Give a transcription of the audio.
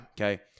okay